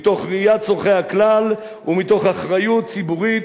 מתוך ראיית צורכי הכלל ומתוך אחריות ציבורית,